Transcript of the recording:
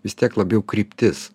vis tiek labiau kryptis